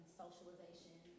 socialization